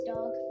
Dog